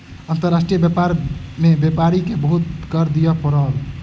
अंतर्राष्ट्रीय व्यापार में व्यापारी के बहुत कर दिअ पड़ल